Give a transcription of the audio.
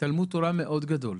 תלמוד תורה מאוד גדול,